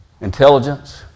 intelligence